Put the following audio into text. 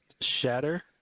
Shatter